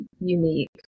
unique